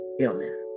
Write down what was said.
illness